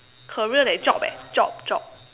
career leh job eh job job